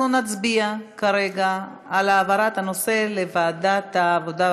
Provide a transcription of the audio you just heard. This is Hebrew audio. אנחנו נצביע כרגע על העברת הנושא לוועדת העבודה,